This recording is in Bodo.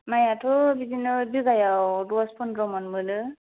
माइयाथ' बिदिनो जुगायाव दस पन्र' मन मोनो